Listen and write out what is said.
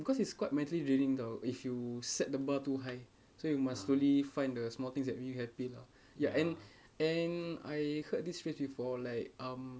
because it's quite mentally draining [tau] if you set the bar too high so you must slowly find the small things that make you happy lah ya and and I heard this phrase before like um